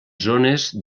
zones